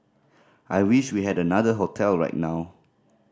I wish we had another hotel right now